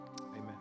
amen